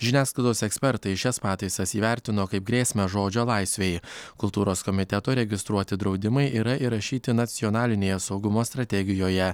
žiniasklaidos ekspertai šias pataisas įvertino kaip grėsmę žodžio laisvei kultūros komiteto registruoti draudimai yra įrašyti nacionalinėje saugumo strategijoje